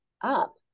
up